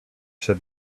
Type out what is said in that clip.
said